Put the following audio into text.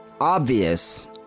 obvious